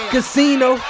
Casino